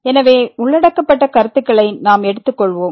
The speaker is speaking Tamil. எனவே உள்ளடக்கப்பட்ட கருத்துகளை நாம் கடந்து செல்வோம்